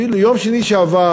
אפילו ביום שני שעבר,